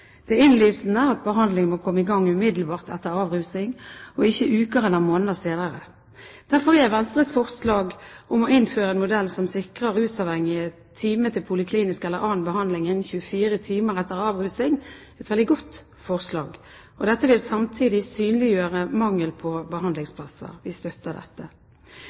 Det er innlysende at behandling må komme i gang umiddelbart etter avrusing – og ikke uker eller måneder senere. Derfor er Venstres forslag om å innføre en modell som sikrer rusavhengige time til poliklinisk eller annen behandling innen 24 timer etter avrusing, et veldig godt forslag. Dette vil samtidig synliggjøre mangel på behandlingsplasser. Vi støtter dette.